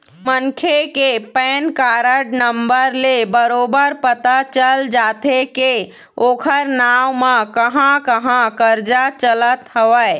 मनखे के PAN card number ले बरोबर पता चल जाथे के ओखर नांव म कहाँ कहाँ करजा चलत हवय